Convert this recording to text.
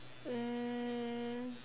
um